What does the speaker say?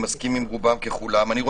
אני מסכים עם רובם ככולם.